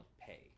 pay